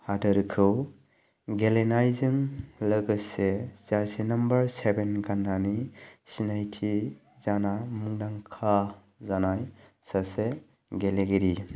हादरखौ गेलेनायजों लोगोसे जारसि नाम्बार सेभेन गाननानै सिनायथि जाना मुंदांखा जानाय सासे गेलेगिरि